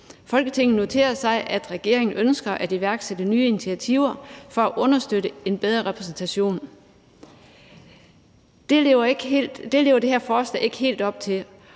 Folketinget noterer sig, at regeringen ønsker at iværksætte nye initiativer for at understøtte en bedre repræsentation«. Det lever det her forslag ikke helt op til,